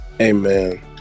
amen